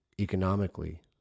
economically